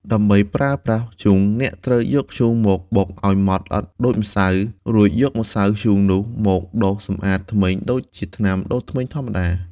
ដើម្បីប្រើប្រាស់ធ្យូង អ្នកត្រូវយកធ្យូងមកបុកឲ្យម៉ដ្ឋល្អិតដូចម្សៅ រួចយកម្សៅធ្យូងនោះមកដុសសម្អាតធ្មេញដូចជាថ្នាំដុសធ្មេញធម្មតា។